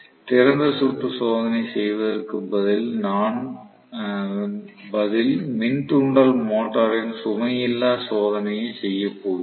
திறந்த சுற்று சோதனை செய்வதற்கு பதில் மின் தூண்டல் மோட்டரின் சுமை இல்லா சோதனை செய்யப் போகிறோம்